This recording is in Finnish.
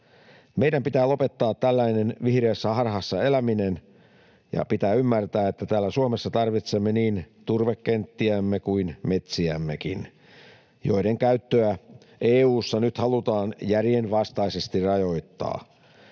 Meidän pitää lopettaa tällainen vihreässä harhassa eläminen, ja pitää ymmärtää, että täällä Suomessa tarvitsemme niin turvekenttiämme kuin metsiämmekin, joiden käyttöä EU:ssa nyt halutaan järjenvastaisesti rajoittaa.